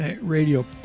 Radio